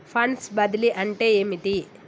Funds బదిలీ అంటే ఏమిటి?